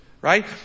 Right